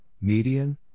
Median